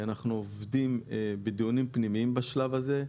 אנחנו עובדים בדיונים פנימיים בשלב הזה,